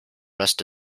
rest